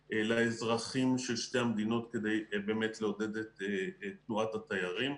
לאזרחים של שתי המדינות כדי לעודד את תנועת התיירים.